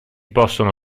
possono